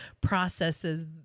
processes